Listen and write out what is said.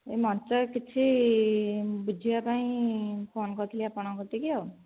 ଏହି ମଞ୍ଚ କିଛି ବୁଝିବା ପାଇଁ ଫୋନ୍ କରିଥିଲି ଆପଣଙ୍କ କତିକି ଆଉ